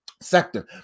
sector